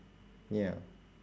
ya